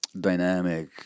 dynamic